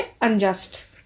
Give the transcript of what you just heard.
unjust